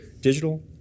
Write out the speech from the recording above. digital